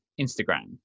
instagram